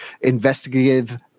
investigative